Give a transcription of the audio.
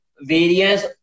various